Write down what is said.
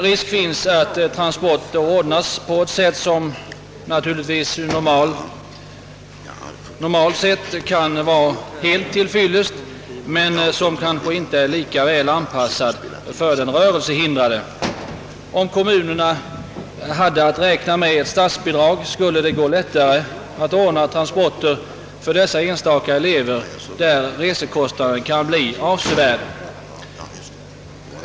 Risk finns att transporterna ordnas på ett sätt som normalt kan vara helt till fyllest men som kanske likväl inte är avpassat för rörelsehindrade. Om kommunerna kunde räkna med statsbidrag, skulle det gå lättare att ordna transporter för dessa enstaka elever i de fall där resekostnaderna kan bli avsevärda.